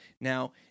Now